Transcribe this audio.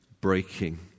breaking